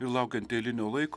ir laukianti eilinio laiko